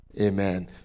Amen